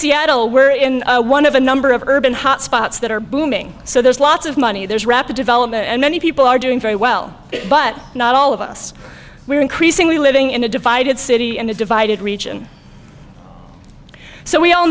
seattle we're in one of a number of urban hotspots that are booming so there's lots of money there's rapid development and many people are doing very well but not all of us we're increasingly living in a divided city and a divided region so we all